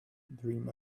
dream